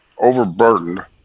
overburdened